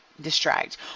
distract